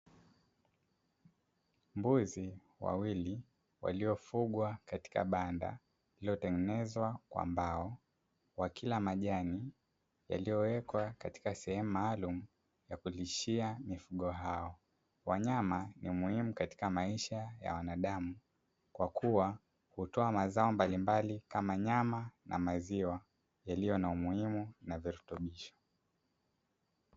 Mbuzi wawili waliofungwa katika banda lililotengenezwa kwa mbao wakila majani yaliyowekwa kwenye sehemu maalum ya kulishia mifugo hiyo. wanyama ni muhimu katika maisha ya wanadamu kwakua hutoa bidhaa mbalimbali kama nyama na maziwa yaliyo muhimu na yenye virutubisho.